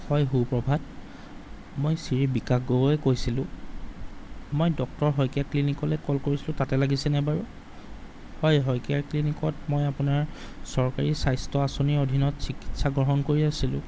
হয় সুপ্ৰভাত মই শ্ৰী বিকাশ গগৈয়ে কৈছিলোঁ মই ডক্টৰ শইকীয়া ক্লিনিকলৈ কল কৰিছিলোঁ তাতে লাগিছেনে বাৰু হয় শইকীয়া ক্লিনিকত মই আপোনাৰ চৰকাৰী স্বাস্থ্য আঁচনিৰ অধীনত চিকিৎসা গ্ৰহণ কৰি আছিলোঁ